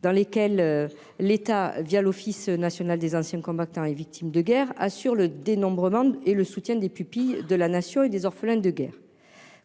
dans lesquelles l'État via l'Office national des anciens combattants et victimes de guerre, assure le dénombrement et le soutien des pupilles de la nation et des orphelins de guerre,